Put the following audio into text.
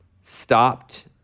stopped